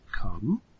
come